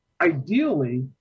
Ideally